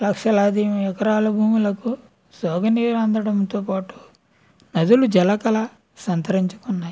లక్షలాది ఎకరాల భూములకు సాగునీరు అందడంతో పాటు నదులు జల కళ సంతరించుకున్నాయి